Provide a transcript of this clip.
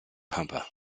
pampa